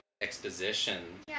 exposition